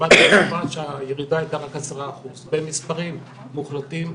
במספרים מוחלטים,